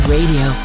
Radio